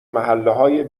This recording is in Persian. محلههای